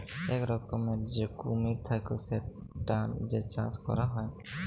ইক রকমের যে কুমির থাক্যে সেটার যে চাষ ক্যরা হ্যয়